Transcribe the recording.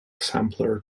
sampler